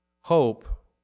Hope